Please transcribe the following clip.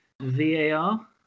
VAR